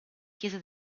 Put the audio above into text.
chiese